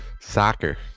Soccer